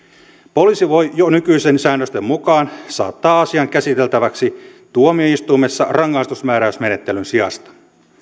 poliisi voi jo nykyisten säännösten mukaan saattaa asian käsiteltäväksi tuomioistuimessa rangaistusmääräysmenettelyn sijasta